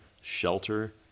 shelter